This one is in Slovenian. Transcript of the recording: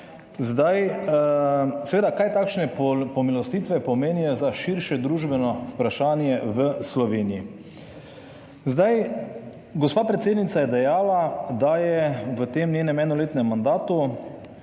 kaj takšne pomilostitve pomenijo za širše družbeno vprašanje v Sloveniji? Zdaj gospa predsednica je dejala, da je v tem njenem enoletnem mandatu,